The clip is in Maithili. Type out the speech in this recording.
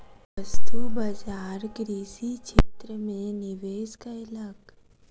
वस्तु बजार कृषि क्षेत्र में निवेश कयलक